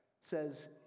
says